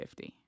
50